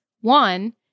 one